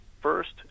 first